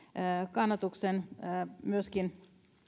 kannatuksen myöskin